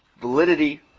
validity